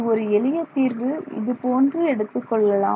ஒரு எளிய தீர்வு இதுபோன்று எடுத்துக்கொள்ளலாம்